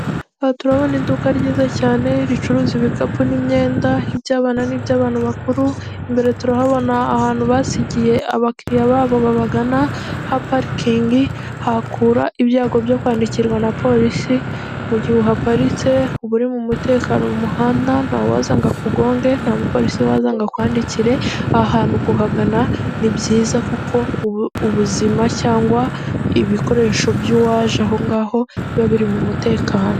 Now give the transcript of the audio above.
Aha turahabona iduka ryiza cyane, ricuruza ibikapu n'imyenda, iby'abana n'iby'abantu bakuru, imbere turahabona ahantu basigiye abakiriya babo babagana ha parikingi, hakura ibyago byo kwandikirwa na polisi, mu gihe uhaparitse uba uri mu mutekano mu muhanda, ntawaza ngo akugonge, nta mupolisi waza ngo akwandikire, aha hantu kuhagana ni byiza kuko ubuzima cyangwa ibikoresho by'uwaje aho ngaho, biba biri mu mutekano.